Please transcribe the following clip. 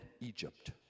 Egypt